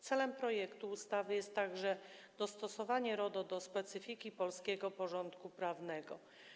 Celem projektu ustawy jest także dostosowanie RODO do specyfiki polskiego porządku prawnego.